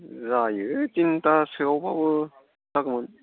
जायो तिनथासोआवब्लाबो जागौमोन